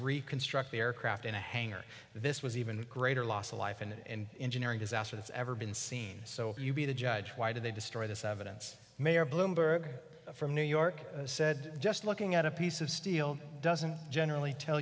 reconstruct the aircraft in a hangar this was even a greater loss of life and engineering disaster that's ever been seen so you be the judge why did they destroy this evidence mayor bloomberg from new york said just looking at a piece of steel doesn't generally tell